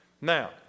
Now